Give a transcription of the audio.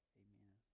amen